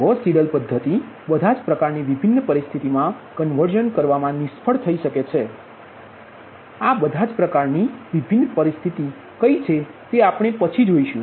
Gauss Seidel પદ્ધતિ બધાજ પ્રકારની વિભિન્ન પરિસ્થિતિ મા કન્વર્ઝન કરવામાં નિષ્ફળ થઈ શકે છે તેથી આ બધાજ પ્રકારની વિભિન્ન પરિસ્થિતિ કઇ છે તે આપણે પછી જોશું